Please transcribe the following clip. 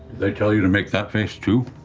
they tell you to make that face, too?